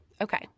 Okay